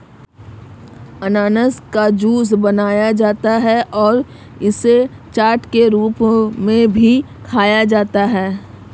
अनन्नास का जूस बनाया जाता है और इसे चाट के रूप में भी खाया जाता है